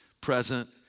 present